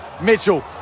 Mitchell